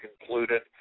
concluded